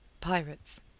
Pirates